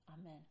Amen